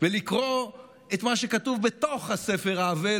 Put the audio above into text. ולקרוא את מה שכתוב בתוך הספר העבה,